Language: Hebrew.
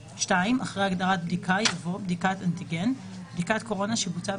2. אחרי הגדרת ״בדיקה״ יבוא: ״בדיקת אנטיגן״ - בדיקת קורונה שבוצעה